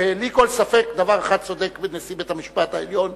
בלי כל ספק בדבר אחד צודקים נשיא בית-המשפט העליון